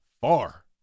far